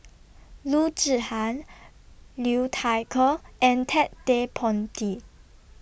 Loo Zihan Liu Thai Ker and Ted De Ponti